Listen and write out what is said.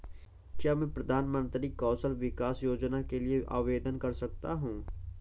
क्या मैं प्रधानमंत्री कौशल विकास योजना के लिए आवेदन कर सकता हूँ?